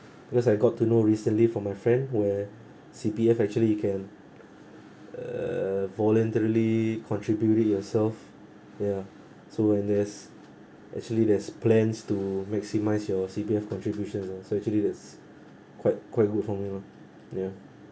because I got to know recently from my friend where C_P_F actually you can uh voluntarily contribute it yourself ya so when there's actually there's plans to maximise your C_P_F contributions lah so actually that's quite quite good for me lah ya